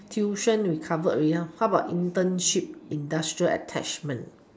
tuition we covered already lor how about internship industrial attachment